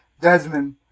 Desmond